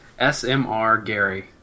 SMRGary